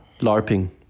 LARPing